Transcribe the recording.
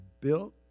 built